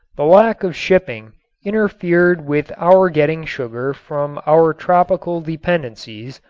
the lack of shipping interfered with our getting sugar from our tropical dependencies,